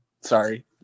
sorry